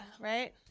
right